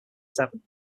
seven